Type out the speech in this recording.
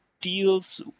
deals